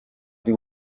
ndi